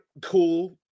cool